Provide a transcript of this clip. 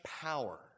power